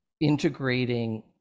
integrating